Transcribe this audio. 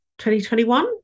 2021